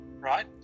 Right